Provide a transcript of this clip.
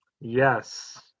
yes